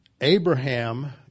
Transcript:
Abraham